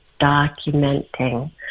documenting